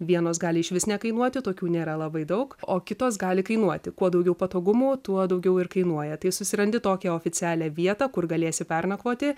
vienos gali išvis nekainuoti tokių nėra labai daug o kitos gali kainuoti kuo daugiau patogumų tuo daugiau ir kainuoja tai susirandi tokią oficialią vietą kur galėsi pernakvoti